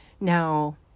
now